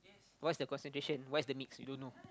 what's the concentration what's the mix you don't know